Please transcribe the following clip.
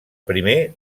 primer